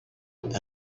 and